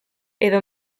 edo